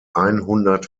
einhundert